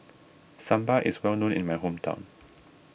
Sambar is well known in my hometown